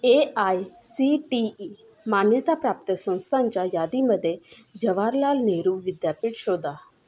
A I C T E मान्यताप्राप्त संस्थांच्या यादीमध्ये जवहारलाल नेहरू विद्यापीठ शोधा